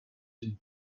une